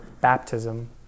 baptism